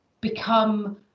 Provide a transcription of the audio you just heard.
become